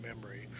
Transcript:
memory